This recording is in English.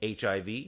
HIV